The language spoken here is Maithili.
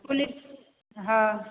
पुलिस हँ